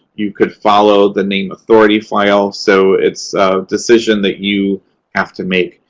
you could follow the name authority file. so it's decision that you have to make.